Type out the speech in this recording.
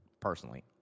Personally